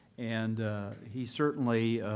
and he certainly